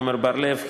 עמר בר-לב,